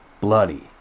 Bloody